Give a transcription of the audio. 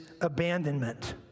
abandonment